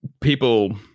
people